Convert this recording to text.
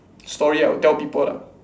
story I would tell people lah